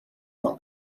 not